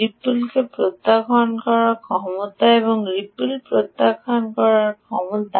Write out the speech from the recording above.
রিপলকে প্রত্যাখ্যান করার ক্ষমতা